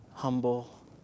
humble